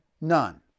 none